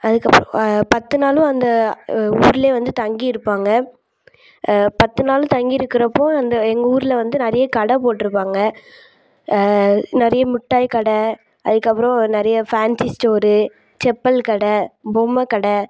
அதுக்கு அப்புறம் பத்து நாளும் அந்த ஊர்லேயே வந்து தங்கியிருப்பாங்க பத்து நாளும் தங்கி இருக்கிறப்போ அந்த எங்கள் ஊரில் வந்து நிறைய கடை போட்டிருப்பாங்க நிறைய மிட்டாய் கடை அதுக்கு அப்புறம் நிறைய ஃபேன்சி ஸ்டோரு செப்பல் கடை பொம்மைக்கட